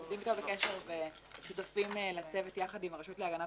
אנחנו עומדים איתו בקשר ושותפים לצוות ביחד עם הרשות להגנת